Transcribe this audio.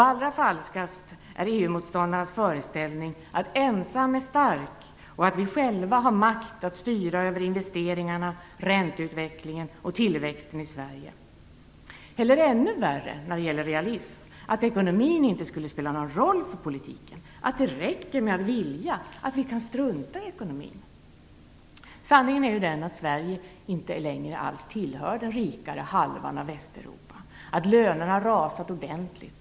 Allra falskast är EU motståndarnas föreställning att ensam är stark och att vi själva har makt att styra över investeringarna, ränteutvecklingen och tillväxten i Sverige. Det är ännu värre i fråga om realism. Ekonomin skulle inte spela någon roll för politiken. Det räcker med att vilja, att vi struntar i ekonomin. Sanningen är ju den att Sverige inte längre alls tillhör den rikare halvan av Västeuropa. Lönerna har rasat ordentligt.